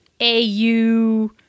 au